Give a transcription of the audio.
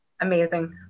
amazing